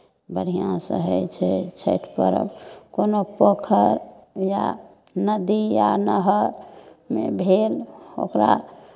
बढ़िआँसँ होइ छै छठि पर्व कोनो पोखरि या नदी या नहरमे भेल ओकरा